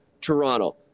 Toronto